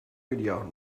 without